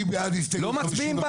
מי בעד הסתייגות 55?